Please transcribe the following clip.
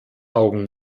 augen